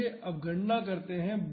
आइए अब गणना करते हैं